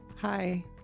Hi